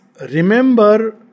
Remember